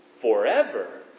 forever